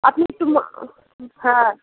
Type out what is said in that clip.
আপনি একটু হ্যাঁ